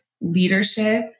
leadership